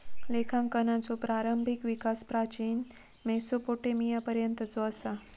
लेखांकनाचो प्रारंभिक विकास प्राचीन मेसोपोटेमियापर्यंतचो असा